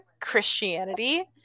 Christianity